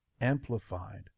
amplified